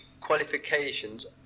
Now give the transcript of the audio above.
qualifications